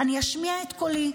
אשמיע את קולי.